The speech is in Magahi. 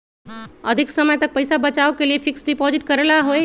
अधिक समय तक पईसा बचाव के लिए फिक्स डिपॉजिट करेला होयई?